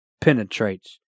penetrates